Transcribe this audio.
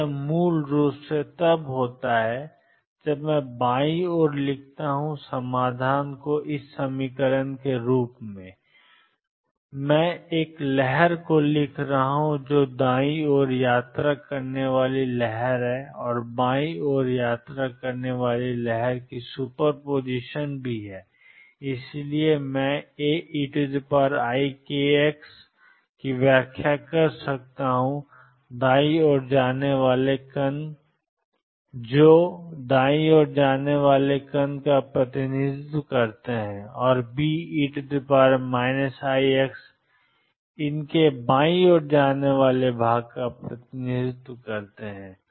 तो यह मूल रूप से तब होता है जब मैं बाईं ओर लिखता हूं समाधान में AeikxBe ikx होता है मैं एक लहर लिख रहा हूं जो दाईं ओर यात्रा करने वाली लहर और बाईं ओर यात्रा करने वाली लहर की सुपरपोजिशन है और इसलिए मैं Aeikx की व्याख्या कर सकता हूं दायीं ओर आने वाले कण ों का प्रतिनिधित्व करते हैं और Be ikx इन के बाईं ओर जाने वाले भाग का प्रतिनिधित्व करते हैं